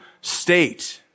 state